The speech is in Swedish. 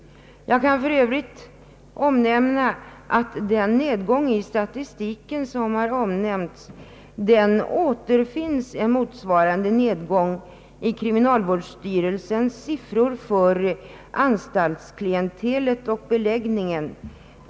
Jag kan för övrigt framhålla att den nedgång i statistiken som har omnämnts motsvaras av en liknande nedgång i kriminalvårdsstyrelsens siffror för anstaltsklientelet och beläggningen.